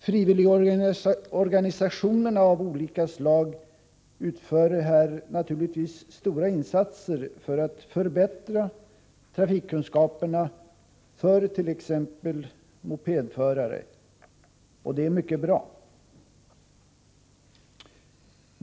Frivilligorganisationer av olika slag utför här naturligtvis omfattande insatser för att förbättra trafikkunskaperna för t.ex. mopedförare, och det är mycket bra.